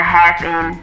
happen